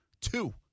two